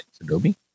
Adobe